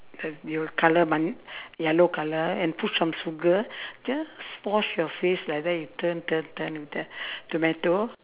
the you'll colour man~ yellow colour and put some sugar just wash your face like that you turn turn turn and turn tomato